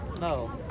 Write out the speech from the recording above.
No